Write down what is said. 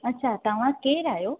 अच्छा तव्हां केरु आहियो